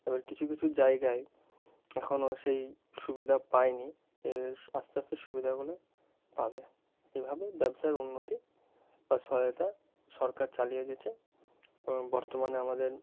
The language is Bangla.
এবার কিছু কিছু জায়গায় এখনও সেই সুবিধা পায়নি এর আস্তে আস্তে সুবিধাগুলো পাবে এভাবে ব্যবসার উন্নতি বা সহায়তা সরকার চালিয়ে গিয়েছে বর্তমানে আমাদের